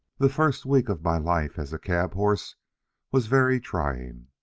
the first week of my life as a cab horse was very trying.